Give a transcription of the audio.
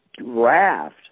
raft